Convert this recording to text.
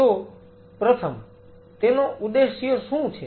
તો પ્રથમ તેનો ઉદ્દેશ્ય શું છે